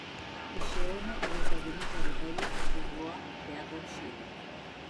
išėjome į veidrodinį koridorių kuriuo bėgau šįryt